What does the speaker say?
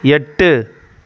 எட்டு